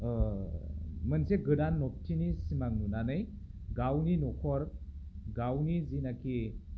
मोनसे गोदान न'बथिनि सिमां नुनानै गावनि न'खर गावनि जिनाखि